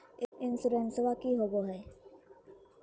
इंसोरेंसबा की होंबई हय?